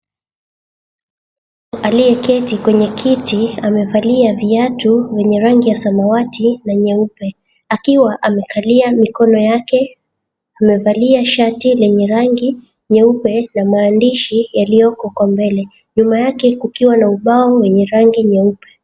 Aliyeketi kwenye kiti amevalia viatu vyenye rangi ya samawati na nyeupe akiwa amekalia mikono yake amevalia shati lenye rangi nyeupe na maandishi yaliyoko kwa mbele na nyuma yake kukiwa na ubao wenye rangi nyeupe.